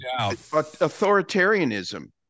Authoritarianism